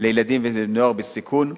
לילדים ונוער בסיכון,